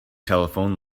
telephone